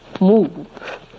move